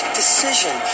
decision